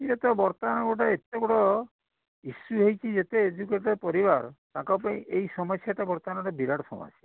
ଇଏ ତ ବର୍ତ୍ତମାନ ଗୋଟେ ଏତେ ବଡ଼ ଇସୁ ହେଇଛି ଯେତେ ଏଜୁକେଟେଡ଼୍ ପରିବାର ତାଙ୍କ ପାଇଁ ଏଇ ସମସ୍ୟାଟା ବର୍ତ୍ତମାନ ଗୋଟେ ବିରାଟ ସମସ୍ୟା